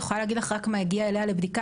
היא יכולה להגיד לך רק מה הגיע אליה לבדיקה,